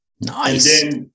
Nice